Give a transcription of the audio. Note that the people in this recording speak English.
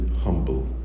humble